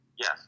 Yes